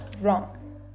wrong